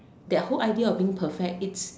that whole idea of being perfect it's